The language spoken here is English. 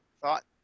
thought